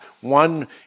One